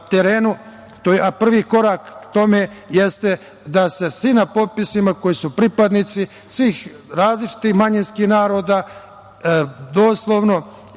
terenu. Prvi korak tome jeste da se svi na popisima, koji su pripadnici svih različitih i manjinskih naroda, doslovno